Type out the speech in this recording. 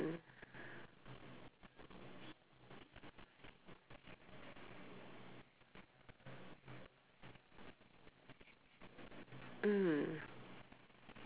mm